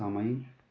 समय